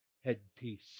headpiece